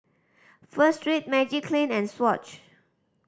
Pho Street Magiclean and Swatch